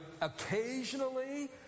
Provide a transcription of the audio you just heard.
occasionally